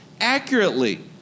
accurately